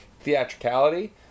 theatricality